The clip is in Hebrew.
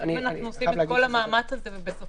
בוא נעשה דבר הכי